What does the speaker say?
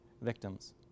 victims